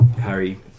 Harry